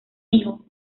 hijo